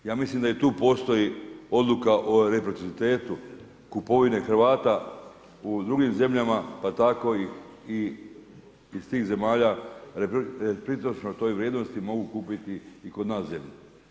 Ja mislim da i tu postoji odluka o reciprocitetu kupovine Hrvata u drugim zemljama pa tako i iz tih zemalja približno toj vrijednosti mogu kupiti i kod nas zemlju.